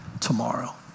tomorrow